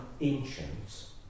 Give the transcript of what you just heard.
ancients